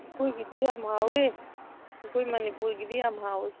ꯑꯩꯈꯣꯏꯒꯤꯗꯤ ꯌꯥꯝ ꯍꯥꯎꯏ ꯑꯩꯈꯣꯏ ꯃꯅꯤꯄꯨꯔꯒꯤꯗꯤ ꯌꯥꯝ ꯍꯥꯎꯏ